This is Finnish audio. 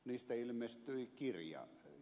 niistä ilmestyi kirja